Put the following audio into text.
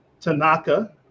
Tanaka